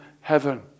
heaven